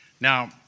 Now